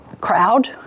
crowd